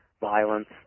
violence